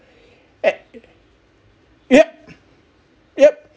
at yup yup